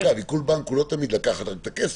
-- עיקול בנק זה לא תמיד לקחת רק את הכסף.